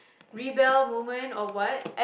rebel moment or what